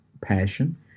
passion